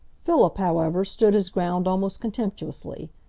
philip, however, stood his ground almost contemptuously,